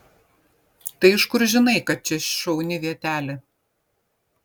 tai iš kur žinai kad čia šauni vietelė